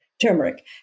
turmeric